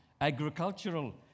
agricultural